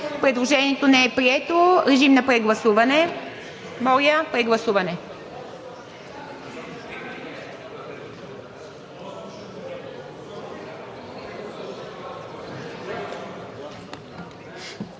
Предложението не е прието. Режим на прегласуване! Моля, прегласуване.